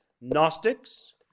Gnostics